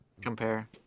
compare